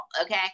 Okay